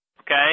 okay